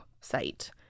site